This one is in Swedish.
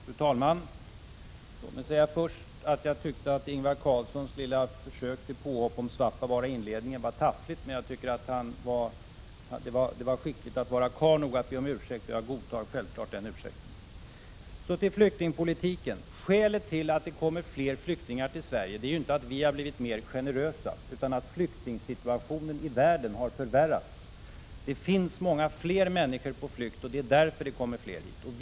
Fru talman! Ingvar Carlssons lilla försök i inledningen till påhopp om Svappavaara var taffligt. Men jag tycker att det var skickligt av honom att vara karl nog att be om ursäkt. Jag godtar självfallet denna ursäkt. Skälet till att det kommer fler flyktingar till Sverige är ju inte att vi har blivit mer generösa utan att flyktingsituationen i världen har förvärrats. Det finns många fler människor på flykt, och det är därför det kommer fler hit.